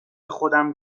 خودم